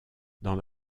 dans